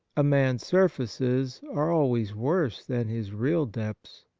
a man's surfaces are always worse than his real depths.